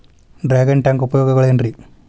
Dragon tank ಉಪಯೋಗಗಳೆನ್ರಿ?